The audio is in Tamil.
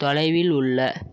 தொலைவில் உள்ள